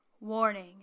warning